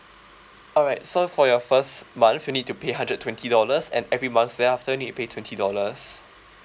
alright so for your first month you need to pay hundred twenty dollars and every month thereafter you need to pay twenty dollars